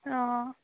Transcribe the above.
অঁ